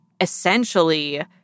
essentially